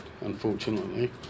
unfortunately